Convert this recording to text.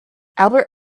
albert